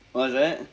what's that